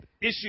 issue